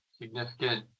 significant